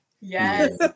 Yes